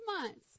months